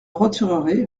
retirerai